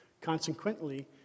Consequently